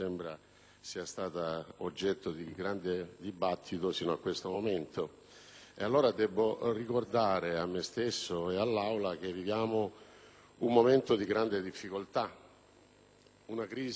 Debbo ricordare a me stesso e all'Aula che viviamo un momento di grande difficoltà: una crisi gravissima attanaglia l'Italia, viaggiamo a crescita zero,